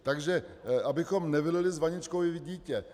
Takže abychom nevylili s vaničkou i dítě.